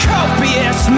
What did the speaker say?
Copious